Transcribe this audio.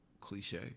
Cliche